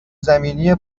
زمینی